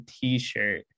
t-shirt